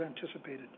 anticipated